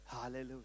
Hallelujah